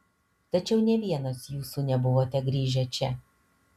tačiau nė vienas jūsų nebuvote grįžę čia